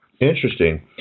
Interesting